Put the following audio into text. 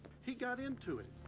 he got into it.